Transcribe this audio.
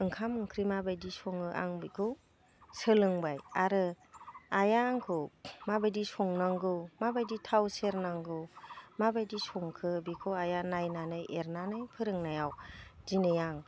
ओंखाम ओंख्रि माबायदि सङो आं बेखौ सोलोंबाय आरो आइआ आंखौ माबायदि संनांगौ माबायदि थाव सेरनांगौ माबायदि संखो बेखौ आइआ नायनानै एरनानै फोरोंनायाव दिनै आं